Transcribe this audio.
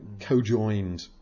co-joined